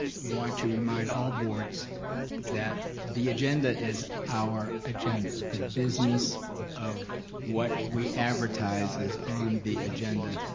want to remind all boards that the agenda is our agenda. the business of what we advertise is on the agenda.